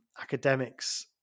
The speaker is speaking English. academics